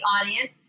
audience